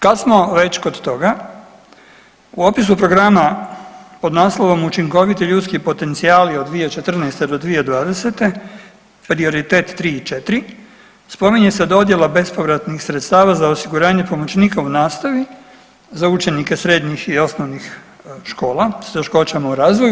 Kad smo već kod toga u opisu programa pod naslovom „Učinkoviti ljudski potencijali od 2014.do 2020. prioritet 3 i 4 spominje se dodjela bespovratnih sredstava za osiguranje pomoćnika u nastavi, za učenike srednjih i osnovnih škola, s teškoćama u razvoju.